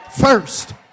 first